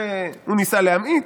הוא ניסה להמעיט.